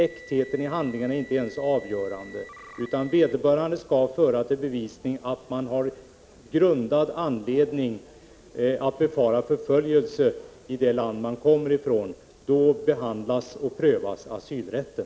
Äktheten i handlingarna är inte ens avgörande, utan när asylrätten skall prövas här skall man föra i bevis att det finns grundad anledning att befara förföljelse i det land som man kommer ifrån.